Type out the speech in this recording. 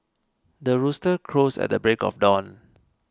the rooster crows at the break of dawn